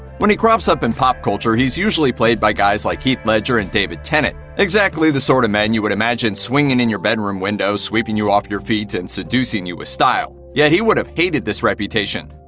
when he crops up in pop culture, he's usually played by guys like heath ledger and david tennant, exactly the sort of men you would imagine swinging in your bedroom window, sweeping you off your feet, and seducing you with style. yet he would've hated this reputation.